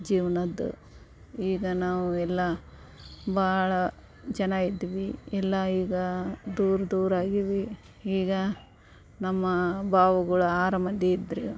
ಜೀವ್ನದ ಈಗ ನಾವು ಎಲ್ಲ ಭಾಳ ಜನ ಇದ್ವಿ ಎಲ್ಲ ಈಗ ದೂರ ದೂರ ಆಗೀವಿ ಈಗ ನಮ್ಮ ಭಾವುಗಳು ಆರು ಮಂದಿ ಇದ್ರು